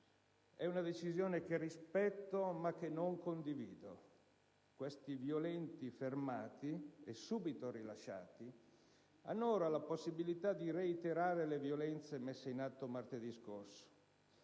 È una decisione che rispetto, ma che non condivido. Questi violenti fermati e subito rilasciati hanno ora la possibilità di reiterare le violenze messe in atto martedì scorso.